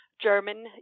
German